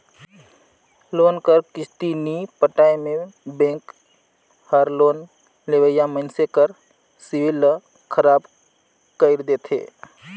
loan कर किस्ती नी पटाए में बेंक हर लोन लेवइया मइनसे कर सिविल ल खराब कइर देथे